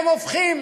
הם הופכים